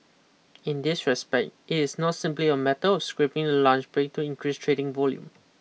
in this respect it is not simply a matter of scrapping the lunch break to increase trading volume